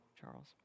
Charles